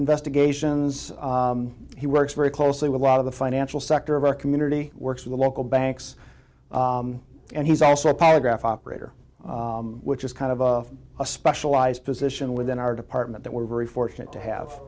investigations he works very closely with a lot of the financial sector of our community works with local banks and he's also a polygraph operator which is kind of a specialized position within our department that we're very fortunate to have